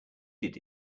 did